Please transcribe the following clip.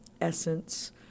essence